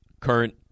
Current